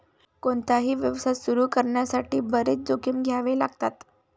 कोणताही व्यवसाय सुरू करण्यासाठी बरेच जोखीम घ्यावे लागतात